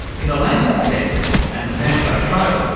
in the land of the stetson and the santa fe trail,